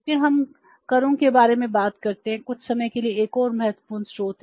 फिर हम करों के बारे में बात करते हैं कुछ समय के लिए एक और महत्वपूर्ण स्रोत है